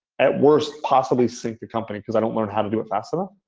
at worst, possibly sink the company because i don't learn how to do it fast enough.